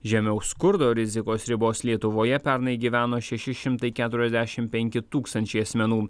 žemiau skurdo rizikos ribos lietuvoje pernai gyveno šeši šimtai keturiasdešimt penki tūkstančiai asmenų